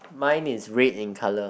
mine is red in color